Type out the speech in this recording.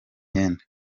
imyenda